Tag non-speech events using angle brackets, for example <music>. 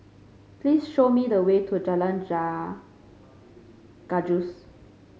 please show me the way to Jalan <unintelligible> Gajus